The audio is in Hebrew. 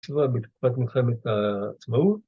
בתקופת מלחמת העצמאות.